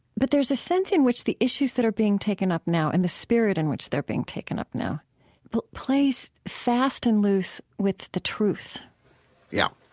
but there's a sense in which the issues that are being taken up now and the spirit in which they're being taken up now plays fast and loose with the truth yeah.